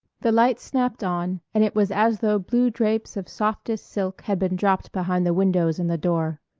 the lights snapped on and it was as though blue drapes of softest silk had been dropped behind the windows and the door.